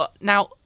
Now